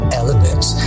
elements